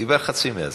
דיבר חצי מהזמן.